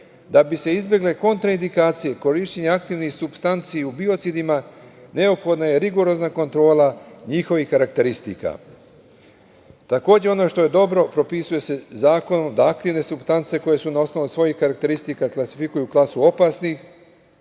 Da bi se izbegle kontraindikacije, korišćenje aktivnih supstanci u biocidima, neophodna je rigorozna kontrola njihovih karakteristika. Takođe ono što je dobro propisuje se zakonom, da aktivne supstance koje se na osnovu svojih karakteristika klasifikuju u klasu opasnih